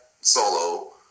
solo